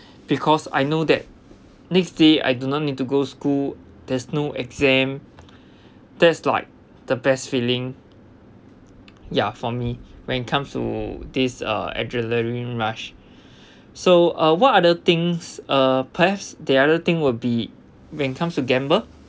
because I know that next day I do not need to go school there's no exam that's like the best feeling ya for me when comes to this uh adrenaline rush so uh what other things uh perhaps the other thing would be when it comes to gamble